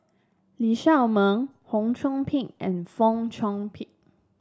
Lee Shao Meng Fong Chong Pik and Fong Chong Pik